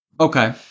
okay